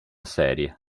serie